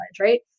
right